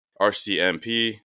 RCMP